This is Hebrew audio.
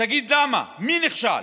תגיד למה, מי נכשל,